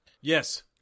Yes